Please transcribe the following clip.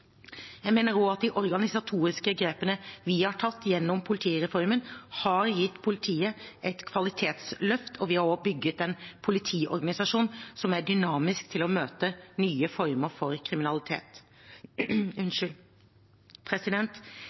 Jeg mener også at de organisatoriske grepene vi har tatt gjennom politireformen, har gitt politiet et kvalitetsløft, og vi har også bygget en politiorganisasjon som er dynamisk nok til å møte nye former for kriminalitet.